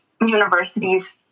universities